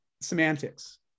semantics